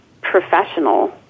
professional